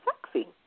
sexy